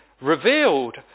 revealed